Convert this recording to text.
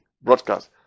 broadcast